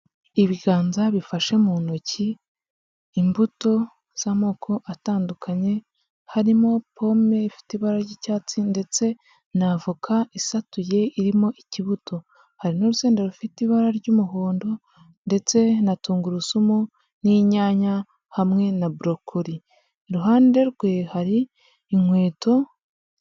Ibiganza bifashe mu ntoki imbuto z'amoko atandukanye, harimo pome ifite ibara ry'icyatsi ndetse na avoka isatuye irimo ikibuto, hari n'urusenda rufite ibara ry'umuhondo ndetse na tungurusumu n'inyanya, hamwe na borokori iruhande rwe hari inkweto.